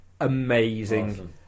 amazing